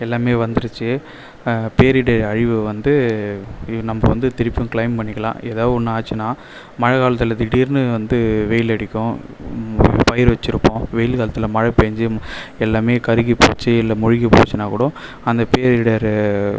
எல்லாமே வந்துருச்சு பேரிடு அழுவு வந்து நம்ப வந்து திருப்பியும் கிளைம் பண்ணிக்கலாம் ஏதாவது ஒன்று ஆச்சுன்னா மழை காலத்தில் திடீர்னு வந்து வெயில் அடிக்கும் பயிறு வச்சுருப்போம் வெயில் காலத்தில் மழை பேஞ்சு எல்லாமே கருகி போச்சு இல்லை மூழ்கி போச்சுனா கூட அந்த பேரிடர்